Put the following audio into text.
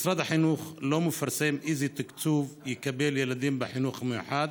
משרד החינוך לא מפרסם איזה תקצוב יקבלו ילדים בחינוך המיוחד.